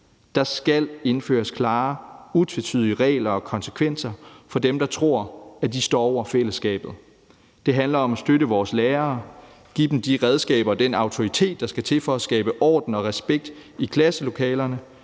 Der skal indføres klare og utvetydige regler og konsekvenser for dem, der tror, at de står over fællesskabet. Det handler om at støtte vores lærere og give dem de redskaber og den autoritet, der skal til, for at skabe orden og respekt i klasselokalerne,